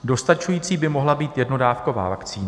Dostačující by mohla být jednodávková vakcína.